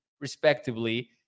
respectively